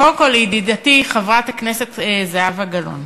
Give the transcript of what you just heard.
קודם כול לידידתי חברת הכנסת זהבה גלאון: